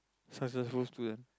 successful students